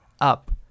up